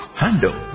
Handle